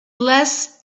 less